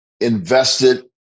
invested